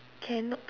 cannot